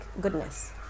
goodness